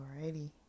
Alrighty